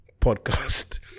podcast